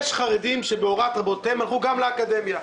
יש חרדים שבהוראת רבותיהם הלכו גם לאקדמיה.